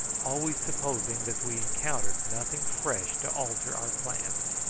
always supposing that we encountered nothing fresh to alter our plans.